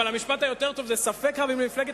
אבל המשפט היותר-טוב: ספק רב אם למפלגת